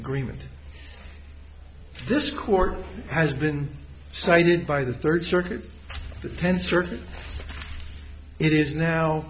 agreement this court has been cited by the third circuit the tenth circuit it is now